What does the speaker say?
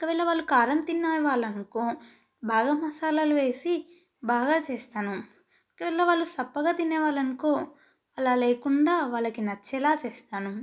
ఒకవేళ వాళ్ళు కారం తిన్న వాళ్ళు అనుకో బాగా మాసాలాలు వేసి బాగా చేస్తాను ఒకవేళ వాళ్ళు చప్పగా తినే వాళ్ళు అనుకో అలా లేకుండా వాళ్ళకి నచ్చేలాగా చేస్తాను